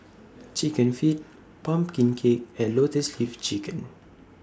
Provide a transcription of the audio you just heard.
Chicken Feet Pumpkin Cake and Lotus Leaf Chicken